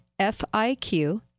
FIQ